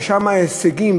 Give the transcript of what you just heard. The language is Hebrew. ושם ההישגים,